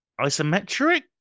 isometric